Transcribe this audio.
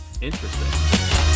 interesting